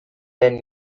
den